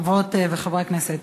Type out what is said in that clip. כבוד השרה, חברות וחברי הכנסת,